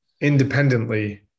independently